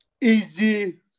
easy